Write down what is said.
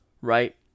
Right